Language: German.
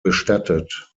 bestattet